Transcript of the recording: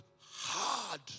hard